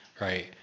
right